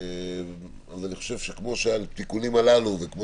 אני חושב שכמו שהתיקונים הללו וכמו